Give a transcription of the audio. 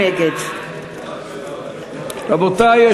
נגד רבותי,